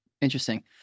Interesting